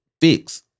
fix